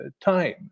time